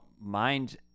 mind